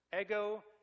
Ego